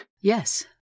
Yes